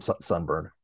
Sunburn